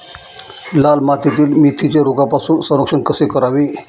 लाल मातीतील मेथीचे रोगापासून संरक्षण कसे करावे?